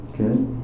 Okay